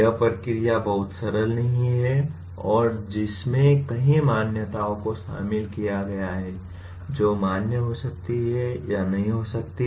यह प्रक्रिया बहुत सरल नहीं है और जिसमें कई मान्यताओं को शामिल किया गया है जो मान्य हो सकती हैं या नहीं हो सकती